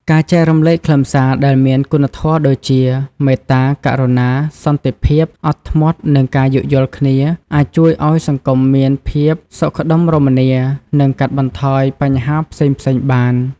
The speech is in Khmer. ការចែករំលែកខ្លឹមសារដែលមានគុណធម៌ដូចជា មេត្តា ករុណា សន្តិភាព អត់ធ្មត់ និងការយោគយល់គ្នា អាចជួយឱ្យសង្គមមានភាពសុខដុមរមនា និងកាត់បន្ថយបញ្ហាផ្សេងៗបាន។